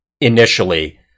initially